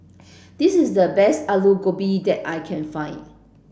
this is the best Alu Gobi that I can find